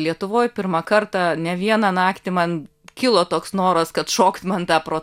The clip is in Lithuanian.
lietuvoj pirmą kartą ne vieną naktį man kilo toks noras kad šokt man tą pro